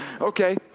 okay